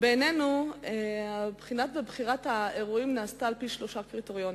בחינת ובחירת האירועים נעשו על-פי שלושה קריטריונים.